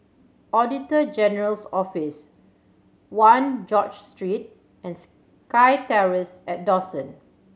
Auditor General's Office One George Street and SkyTerrace at Dawson